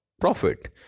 profit